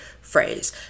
phrase